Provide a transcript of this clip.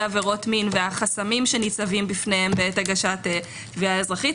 עבירות מין והחסמים שניצבים בפניהם בעת הגשת תביעה אזרחית.